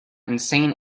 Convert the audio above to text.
insane